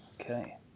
Okay